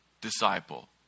disciple